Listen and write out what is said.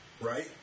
right